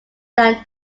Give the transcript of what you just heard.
than